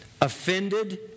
offended